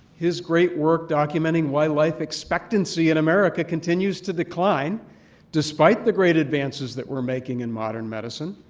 his great work documenting why life expectancy in america continues to decline despite the great advances that we're making in modern medicine.